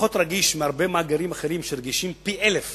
פחות רגיש מהרבה מאגרים אחרים שרגישים פי-אלף